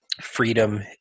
freedom